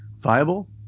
viable